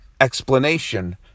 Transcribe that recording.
explanation